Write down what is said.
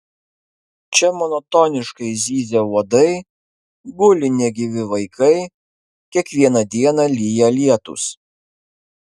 čia monotoniškai zyzia uodai guli negyvi vaikai kiekvieną dieną lyja lietūs